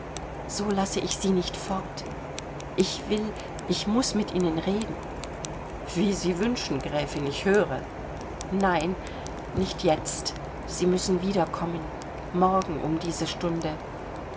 so lasse ich sie nicht fort ich will ich muß mit ihnen reden wie sie wünschen gräfin ich höre nein nicht jetzt sie müssen wiederkommen morgen um diese stunde